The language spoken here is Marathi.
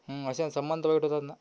अशानं संबंध वाईट होतात ना